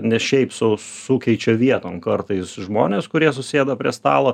ne šiaip sau sukeičia vietom kartais žmones kurie susėda prie stalo